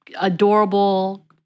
adorable